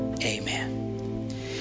Amen